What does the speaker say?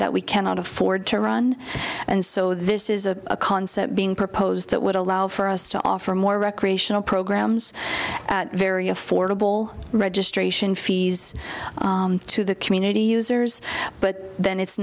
that we cannot afford to run and so this is a concept being proposed that would allow for us to offer more recreational programs at very affordable registration fees to the community users but then it's